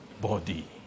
body